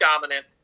dominant